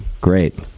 Great